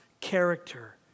character